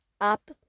up